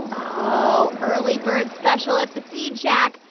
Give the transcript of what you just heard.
and oh, early bird special at the seed shack.